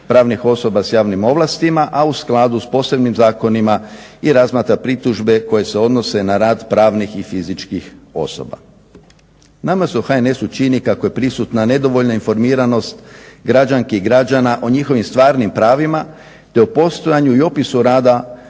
pravnih osoba s javnim ovlastima, a u skladu s posebnim zakonima i razmatra pritužbe koje se odnose na rad pravnih i fizičkih osoba. Nama se u HNS-u čini kako je prisutna nedovoljna informiranost građanki i građana o njihovim stvarnim pravima te o postojanju i opisu rada